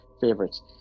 favorites